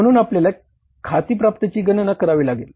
म्हणून आपल्याला खाती प्राप्तची गणना करावी लागणार